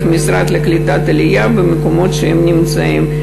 המשרד לקליטת עלייה במקומות שהם נמצאים.